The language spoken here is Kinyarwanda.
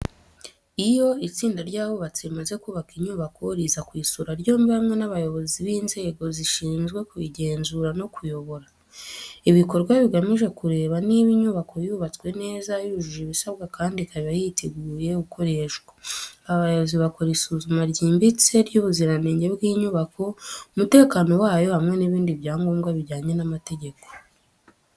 Iyo itsinda ry'abubatsi rimaze kubaka inyubako, riza kuyisura ryombi hamwe n’abayobozi b’inzego zishinzwe kuyigenzura no kuyobora. Ibi bikorwa bigamije kureba niba inyubako yubatswe neza, yujuje ibisabwa kandi ikaba yiteguye gukoreshwa. Aba bayobozi bakora isuzuma ryimbitse ry'ubuziranenge bw'inyubako, umutekano wayo, hamwe n’ibindi byangombwa bijyanye n’amategeko.